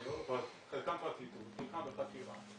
בחלקם כבר טיפלו, חלקם בחקירה.